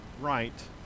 right